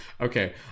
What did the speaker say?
Okay